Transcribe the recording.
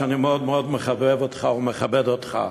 אני מאוד מאוד מחבב אותך ומכבד אותך,